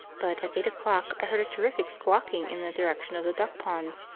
but at eight o'clock i heard a terrific squawking in the direction of the duck-ponds,